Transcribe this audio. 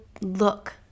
look